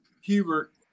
Hubert